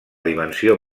dimensió